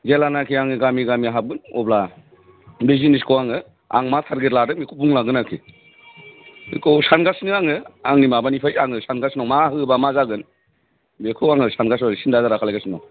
जेलानाखि आंङो गामि गामि हाबगोन अब्ला बे जिनिसखौ आंङो आं मा तारगेत लादों बेखौ बुंलांगोन आरखि बेखौ सानगासिनो आंङो आंनि माबानिफ्राय आंङो सानगासिनो दं मा होबा मा जागोन बेखौ आंङो सानगासिनो सिन्थादारा खालायगासिनो दं